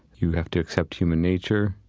you have to accept human nature,